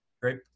Great